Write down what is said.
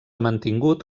mantingut